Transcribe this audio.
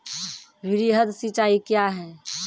वृहद सिंचाई कया हैं?